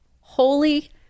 Holy